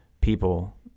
people—